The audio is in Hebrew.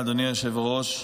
היושב-ראש.